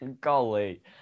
Golly